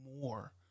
more